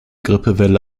grippewelle